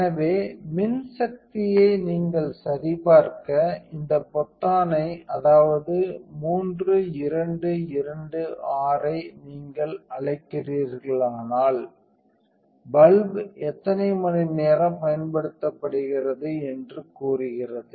எனவே மின்சக்தியை நீங்கள் சரிபார்க்க இந்த பொத்தானை அதாவது 3 2 2 6 ஐ நீங்கள் அழைக்கிறீர்களானால் நேரம் பார்க்கவும் 0924 பல்ப் எத்தனை மணிநேரம் பயன்படுத்தப்படுகிறது என்று கூறுகிறது